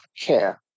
care